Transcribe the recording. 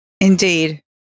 Indeed